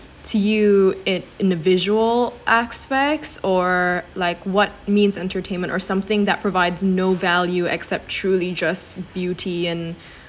to you it in the visual aspects or like what means entertainment or something that provides no value except truly just beauty and